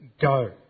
go